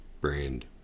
Brand